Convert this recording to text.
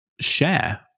share